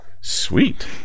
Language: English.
Sweet